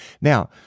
Now